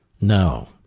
No